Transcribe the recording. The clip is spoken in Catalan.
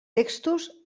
textos